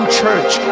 church